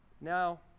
Now